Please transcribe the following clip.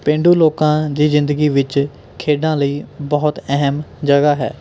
ਪੇਂਡੂ ਲੋਕਾਂ ਦੀ ਜ਼ਿੰਦਗੀ ਵਿੱਚ ਖੇਡਾਂ ਲਈ ਬਹੁਤ ਅਹਿਮ ਜਗ੍ਹਾ ਹੈ